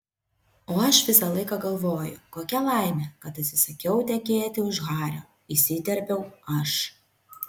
o aš visą laiką galvoju kokia laimė kad atsisakiau tekėti už hario įsiterpiau aš